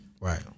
Right